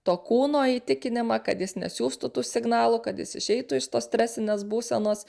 to kūno įtikinimą kad jis nesiųstų tų signalų kad jis išeitų iš tos stresinės būsenos